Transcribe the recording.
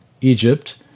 Egypt